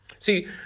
See